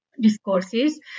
discourses